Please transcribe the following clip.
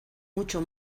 mucho